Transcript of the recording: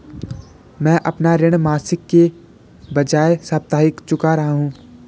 मैं अपना ऋण मासिक के बजाय साप्ताहिक चुका रहा हूँ